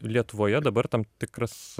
lietuvoje dabar tam tikras